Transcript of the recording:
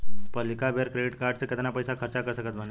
पहिलका बेर credit card से केतना पईसा खर्चा कर सकत बानी?